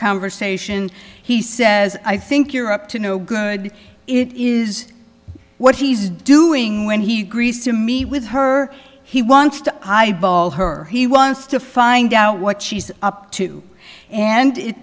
conversation he says i think you're up to no good it is what he's doing when he greaser me with her he wants to eyeball her he wants to find out what she's up to and it